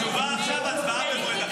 תשובה והצבעה זה ביחד,